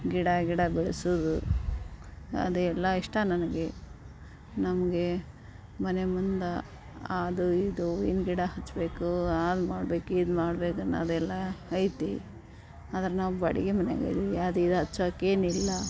ಗಿಡ ಗಿಡ ಬೆಳೆಸುದು ಅದೇ ಎಲ್ಲ ಇಷ್ಟ ನನಗೆ ನಮಗೆ ಮನೆ ಮುಂದೆ ಆದು ಇದು ಹೂವಿನ್ ಗಿಡ ಹಚ್ಚಬೇಕು ಅದ್ ಮಾಡ್ಬೇಕು ಇದು ಮಾಡ್ಬೇಕು ಅನ್ನೋದೆಲ್ಲ ಐತಿ ಆದ್ರೆ ನಾವು ಬಾಡಿಗೆ ಮನೆಯಾಗ ಇದ್ದೀವಿ ಅದು ಇದು ಹಚ್ಚೋಕ್ಕೇನಿಲ್ಲ